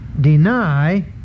deny